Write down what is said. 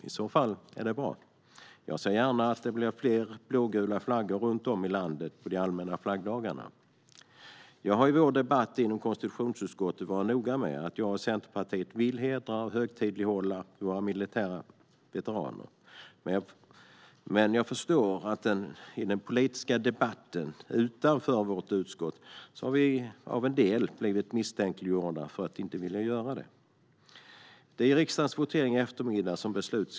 I så fall är det bra. Jag ser gärna att det blir fler blågula flaggor runt om i landet på de allmänna flaggdagarna. Jag har i vår debatt inom konstitutionsutskottet varit noga med att jag och Centerpartiet vill hedra och högtidlighålla våra militära veteraner. Men jag förstår att vi i den politiska debatten av en del utanför vårt utskott har blivit misstänkliggjorda för att inte vilja göra det. Beslutet ska fattas i riksdagens votering i eftermiddag.